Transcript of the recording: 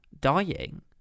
dying